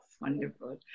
Wonderful